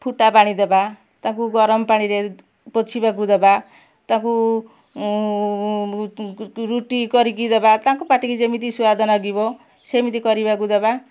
ଫୁଟାପାଣି ଦେବା ତାଙ୍କୁ ଗରମ ପାଣିରେ ପୋଛିବାକୁ ଦବା ତାକୁ ରୁଟି କରିକି ଦବା ତାଙ୍କ ପାଟିକି ଯେମିତି ସୁଆଦ ନାଗିବ ସେମିତି କରିବାକୁ ଦବା